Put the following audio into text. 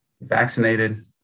Vaccinated